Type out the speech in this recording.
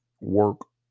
work